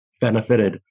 benefited